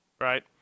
right